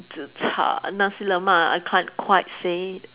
zi char Nasi-Lemak I can't quite say